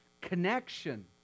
connection